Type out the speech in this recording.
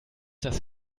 das